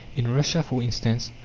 in russia for instance,